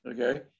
Okay